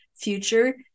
future